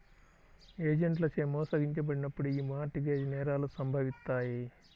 ఏజెంట్లచే మోసగించబడినప్పుడు యీ మార్ట్ గేజ్ నేరాలు సంభవిత్తాయి